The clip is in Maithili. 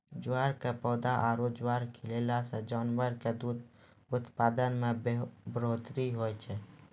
ज्वार के पौधा आरो ज्वार खिलैला सॅ जानवर के दूध उत्पादन मॅ बढ़ोतरी होय छै